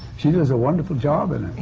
she does a wonderful job in i mean